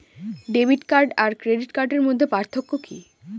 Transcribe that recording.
Debit card আর credit কার্ডের মধ্যে পার্থক্য কি?